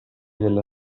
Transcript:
della